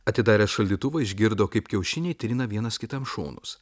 atidaręs šaldytuvą išgirdo kaip kiaušiniai trina vienas kitam šonus